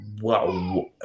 wow